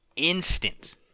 instant